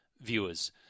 viewers